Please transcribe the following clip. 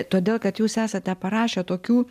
todėl kad jūs esate parašę tokių